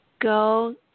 Go